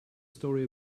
story